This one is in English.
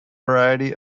variety